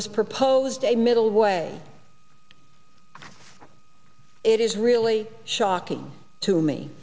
has proposed a middle way it is really shocking to me